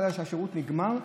כשהשירות נגמר,